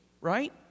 right